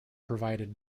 provided